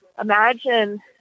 imagine